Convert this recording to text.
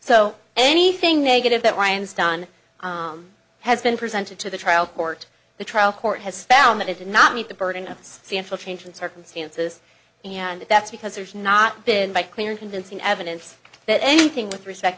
so anything negative that ryan has done has been presented to the trial court the trial court has found that it did not meet the burden of stand for change in circumstances and that's because there's not been by clear and convincing evidence that anything with respect